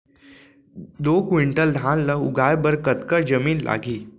दो क्विंटल धान ला उगाए बर कतका जमीन लागही?